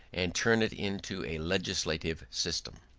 and turn it into a legislative system.